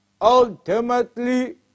Ultimately